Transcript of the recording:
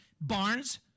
Barnes